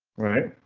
right,